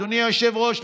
אדוני היושב-ראש,